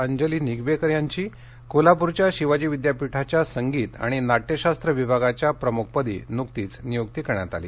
अंजली निगवेकर यांची कोल्हापूरच्या शिवाजी विद्यापीठाच्या संगीत आणि नाट्यशास्त्र विभागाच्या प्रमुखपदी नुकतीच नियुक्ती करण्यात आली